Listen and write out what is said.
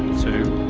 two,